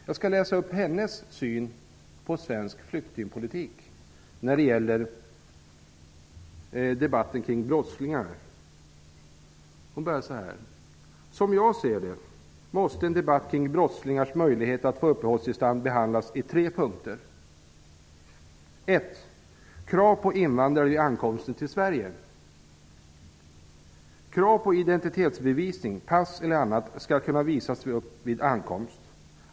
Jag skall läsa vad hon skriver om den svenska flyktingpolitiken när det gäller debatten kring brottslingar: ''Som jag ser det, måste en debatt kring brottslingars möjligheter att få uppehållstillstånd behandlas i tre punkter: Krav på identitetsbevisning skall kunna visas upp vid ankomst.